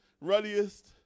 ruddiest